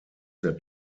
sehr